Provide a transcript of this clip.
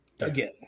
again